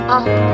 up